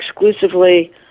exclusively